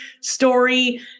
story